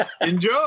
Enjoy